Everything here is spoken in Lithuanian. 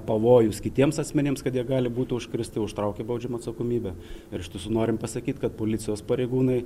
pavojus kitiems asmenims kad jie gali būti užkrėsti užtraukia baudžiamą atsakomybę ir iš tiesų norim pasakyt kad policijos pareigūnai